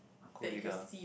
cook chicken ah